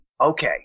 Okay